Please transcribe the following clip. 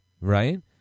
right